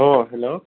hello